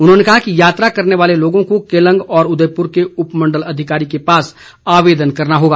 उन्होंने कहा कि यात्रा करने वाले लोगों को केलंग व उदयपुर के उपमंडल अधिकारी के पास आवेदन करना होगा